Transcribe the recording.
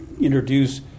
introduce